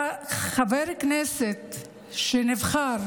חבר כנסת שנבחר